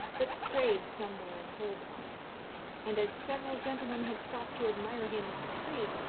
but strayed somewhere in holborn and as several gentlemen had stopped to admire him in the street,